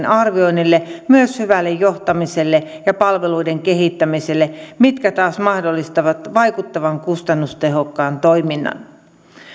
arvioinnille myös hyvälle johtamiselle ja palveluiden kehittämiselle mitkä taas mahdollistavat vaikuttavan kustannustehokkaan toiminnan